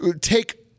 take